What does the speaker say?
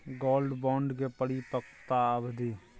Gold bond के परिपक्वता अवधि?